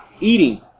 eating